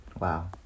wow